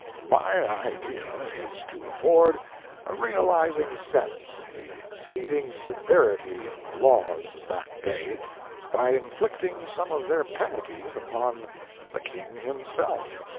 my idea is to afford a realizing sense of the exceeding severity of the laws of that day by inflicting some of their penalties upon the king himself,